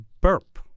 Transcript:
burp